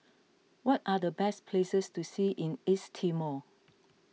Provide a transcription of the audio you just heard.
what are the best places to see in East Timor